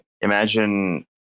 imagine